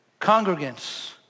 Congregants